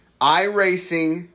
iRacing